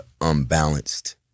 unbalanced